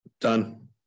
Done